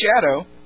shadow